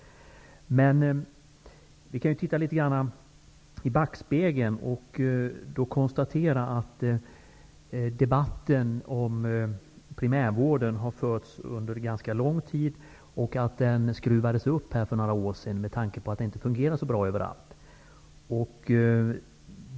Vi kan titta litet i backspegeln och då konstatera att debatten om primärvården har förts under en ganska lång tid och att den skruvades upp för några år sedan därför att den inte fungerade så bra överallt.